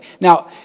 Now